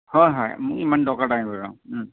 হয় হয় মোক ইমান দৰকাৰ নাই বাৰু অঁ